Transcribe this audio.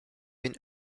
been